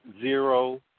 zero